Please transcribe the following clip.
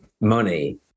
money